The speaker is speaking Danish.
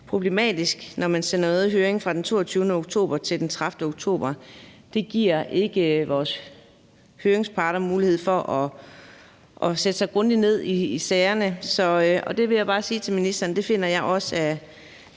problematisk. Når man sender noget i høring fra den 22. oktober til den 30. oktober, giver det ikke vores høringsparter mulighed for at sætte sig grundigt ind i sagerne, og det vil jeg bare sige til ministeren finder jeg også er